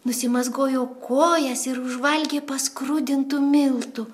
nusimazgojo kojas ir užvalgė paskrudintų miltų